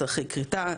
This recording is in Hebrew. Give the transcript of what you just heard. תצטרכי כריתה,